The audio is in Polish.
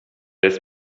jest